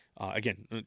again